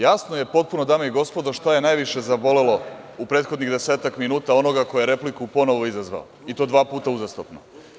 Jasno je potpuno, dame i gospodo, šta je najviše zabolelo u prethodnih desetak minuta onoga ko je repliku ponovo izazvao, i to dva puta uzastopno.